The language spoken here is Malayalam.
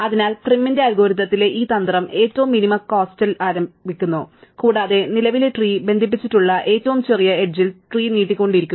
അതിനാൽ പ്രൈമിന്റെ അൽഗോരിതത്തിലെ ഈ തന്ത്രം ഏറ്റവും മിനിമം കോസ്റ്റൽ ആരംഭിക്കുന്നു കൂടാതെ നിലവിലെ ട്രീ ബന്ധിപ്പിച്ചിട്ടുള്ള ഏറ്റവും ചെറിയ എഡ്ജിൽ ട്രീ നീട്ടിക്കൊണ്ടിരിക്കുക